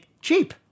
cheap